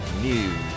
News